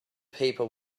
people